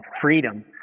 freedom